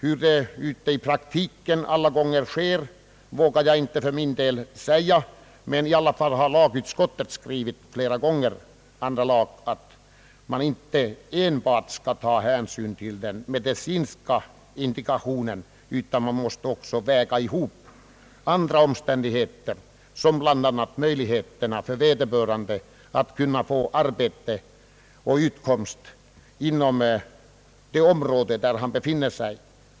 Hur det ute i praktiken alla gånger sker vågar jag inte säga, men andra lagutskottet har i alla fall flera gånger skrivit att man inte enbart skall ta hänsyn till den medicinska indikationen utan att man också skall väga ihop andra omständigheter, bl.a. möjligheterna för vederbörande att få arbete och utkomst inom det område där han befinner sig.